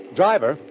driver